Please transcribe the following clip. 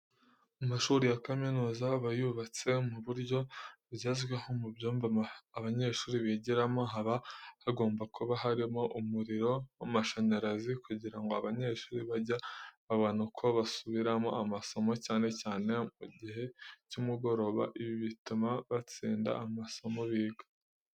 Amashuri ya kaminuza aba yubatse mu buryo bugezweho. Mu byumba abanyeshuri bigiramo, haba hagomba kuba harimo umuriro w'amashanyarazi, kugira ngo abanyeshuri bajye babona uko basubiramo amasomo, cyane cyane mu gihe cy'umugoroba. Ibi bituma batsinda amasomo biga.